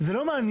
זה לא מעניין.